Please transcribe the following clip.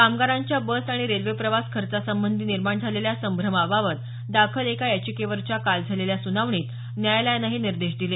कामगारांच्या बस आणि रेल्वे प्रवास खर्चासंबंधी निर्माण झालेल्या संभ्रमाबाबत दाखल एका याचिकेवरच्या काल झालेल्या सुनावणीत न्यायालयानं हे निर्देश दिले